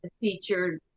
featured